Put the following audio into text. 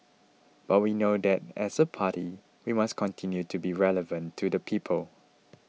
but we know that as a party we must continue to be relevant to the people